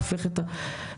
הופך את החברה,